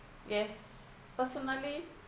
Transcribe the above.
yes personally